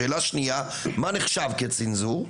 שאלה שנייה, מה נחשב כצנזור?